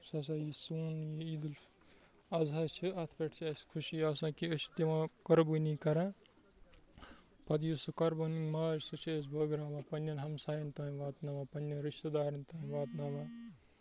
یُس ہَسا یہِ سٲنۍ یہِ عیدالفِ اَضحیٰ چھِ اَتھ پٮ۪ٹھ چھِ اَسہِ خوشی آسان کہِ أسۍ چھِ دِوان قۄربٲنی کَران پَتہٕ یُس سُہ قۄربانُک ماز چھِ سُہ چھِ أسۍ بٲگراوان پنٛنٮ۪ن ہمسایَن تانۍ واتناوان پنٛنٮ۪ن رِشتہٕ دارَن تانۍ واتناوان